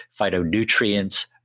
phytonutrients